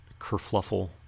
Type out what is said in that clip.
kerfluffle